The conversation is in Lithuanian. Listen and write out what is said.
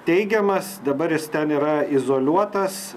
teigiamas dabar jis ten yra izoliuotas